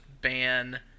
ban